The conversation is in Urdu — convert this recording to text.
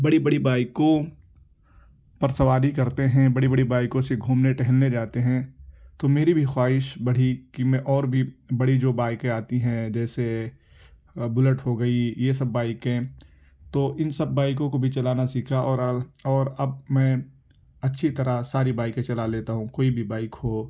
بڑی بڑی بائیکوں پر سواری کرتے ہیں بڑی بڑی بائیکوں سے گھومنے ٹہلنے جاتے ہیں تو میری بھی خواہش بڑھی کہ میں اور بھی بڑی جو بائیکیں آتی ہیں جیسے بلٹ ہوگئی یہ سب بائکیں تو ان سب بائیکوں کو بھی چلانا سیكھا اور اب میں اچّھی طرح ساری بائیكیں چلا لیتا ہوں کوئی بھی بائک ہو